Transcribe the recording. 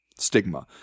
stigma